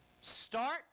Start